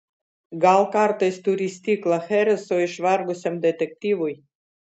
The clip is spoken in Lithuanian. gal kartais turi stiklą chereso išvargusiam detektyvui